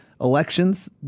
elections